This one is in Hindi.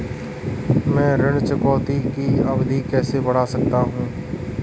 मैं ऋण चुकौती की अवधि कैसे बढ़ा सकता हूं?